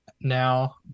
now